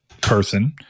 person